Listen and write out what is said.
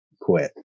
quit